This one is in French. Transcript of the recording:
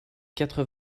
quatre